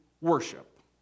Worship